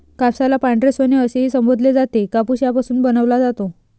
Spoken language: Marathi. कापसाला पांढरे सोने असेही संबोधले जाते, कापूस यापासून बनवला जातो